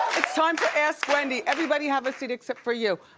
it's time for ask wendy. everybody have a seat except for you.